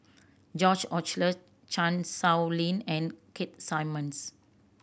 George Oehlers Chan Sow Lin and Keith Simmons